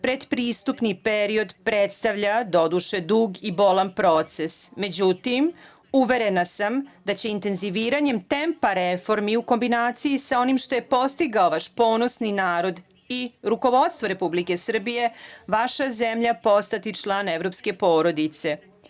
Pretpristupni period predstavlja, doduše, dug i bolan proces, međutim, uverena sam da će intenziviranjem tempa reformi, u kombinaciji sa onim što je postigao vaš ponosni narod i rukovodstvo Republike Srbije, vaša zemlja postati član evropske porodice.